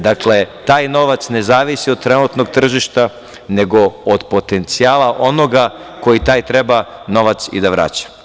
Dakle, taj novac ne zavisi od trenutnog tržišta, nego od potencijala onoga koji taj novac treba i da vraća.